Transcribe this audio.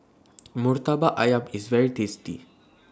Murtabak Ayam IS very tasty